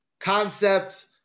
Concept